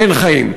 אין חיים.